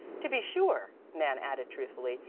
to be sure, nan added truthfully,